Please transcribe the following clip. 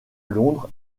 londres